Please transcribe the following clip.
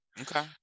Okay